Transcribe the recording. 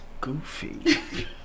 goofy